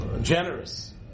generous